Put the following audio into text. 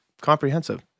comprehensive